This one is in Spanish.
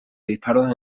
disparos